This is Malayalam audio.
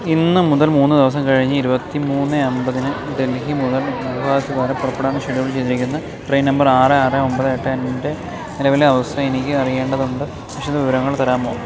ഇന്ന് മുതൽ മൂന്ന് ദിവസം കഴിഞ്ഞ് ഇരുപത്തി മൂന്ന് അമ്പതിന് ഡൽഹി മുതൽ ഗുവാഹത്തി വരെ പുറപ്പെടാൻ ഷെഡ്യൂൾ ചെയ്തിരിക്കുന്ന ട്രെയിൻ നമ്പർ ആറ് ആറ് ഒമ്പത് എട്ട് ൻ്റെ നിലവിലെ അവസ്ഥ എനിക്ക് അറിയേണ്ടതുണ്ട് വിശദവിവരങ്ങൾ തരാമോ